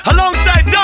Alongside